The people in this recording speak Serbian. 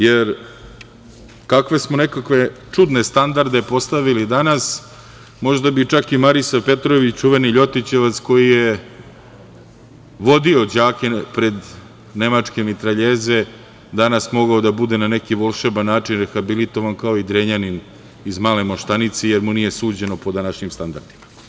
Jer, kakve smo nekakve čudne standarde postavili danas, možda bi čak i Marisav Petrović, čuveni Ljotićevac, koji je vodio đake pred nemačke mitraljeze, danas mogao da bude na neki volšeban način rehabilitovan kao i Drenjanin iz Male Moštanice, jer mu nije suđeno po današnjim standardima.